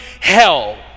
hell